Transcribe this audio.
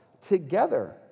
together